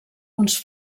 uns